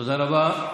תודה רבה.